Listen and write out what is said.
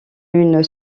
une